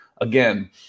Again